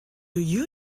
you